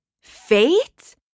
Fate